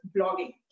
blogging